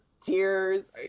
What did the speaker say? tears